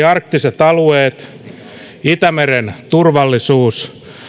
arktiset alueet itämeren turvallisuus